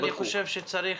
מבדיקה שערכנו,